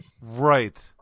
right